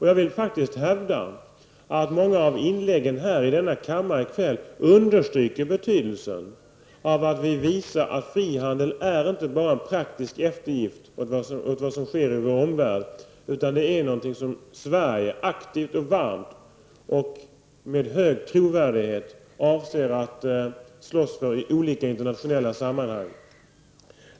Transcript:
Jag vill faktiskt hävda att många av inläggen i denna kammare i kväll understryker betydelsen av att vi visar att frihandel inte bara är en praktisk eftergift åt vad som sker i vår omvärld, utan den är någonting som Sverige aktivt, varmt och med hög trovärdighet avser att slåss för i olika internationella sammanhang.